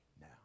now